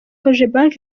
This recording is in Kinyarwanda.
cogebanque